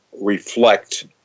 reflect